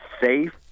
safe